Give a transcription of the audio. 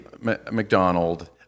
McDonald